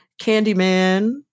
Candyman